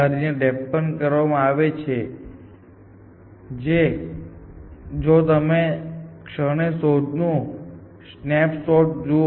તેથી તમે જોઈ શકો છો કે કોઈપણ સમયે RBFS સર્ચ ટ્રી માં નીચે ફક્ત એક જ માર્ગ જાળવવામાં આવે છે જેનો અર્થ એ છે કે તેની જગ્યાની જરૂરિયાતો લિનીઅર છે કારણ કે ડેપ્થ ફર્સ્ટ સર્ચ પણ આવું જ કરે છે